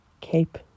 cape